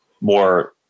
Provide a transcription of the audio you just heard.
more